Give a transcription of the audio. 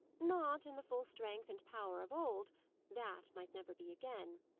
not in the full strength and power of old that might never be again.